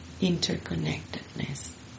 interconnectedness